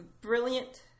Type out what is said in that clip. brilliant